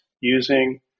using